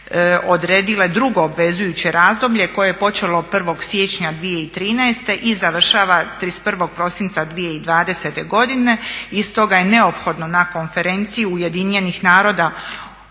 odredile drugo obvezujuće razdoblje koje je počelo 1. siječnja 2013. i završava 31. prosinca 2020. godine. Iz toga je neophodno na konferenciji Ujedinjenih naroda